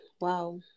wow